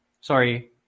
sorry